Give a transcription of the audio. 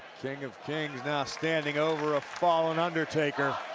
king of kings now standing over a fallen undertaker.